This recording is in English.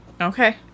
Okay